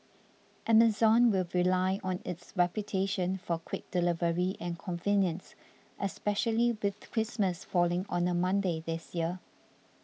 Amazon will rely on its reputation for quick delivery and convenience especially with Christmas falling on a Monday this year